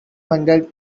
wondered